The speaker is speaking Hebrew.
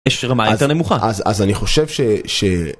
יש רמה יותר נמוכה אז אז אני חושב ש.